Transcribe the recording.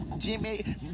Jimmy